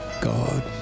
God